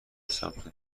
سمت